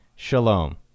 Shalom